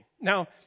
Now